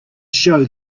show